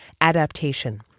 adaptation